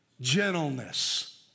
gentleness